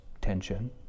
tension